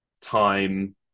time